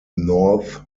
north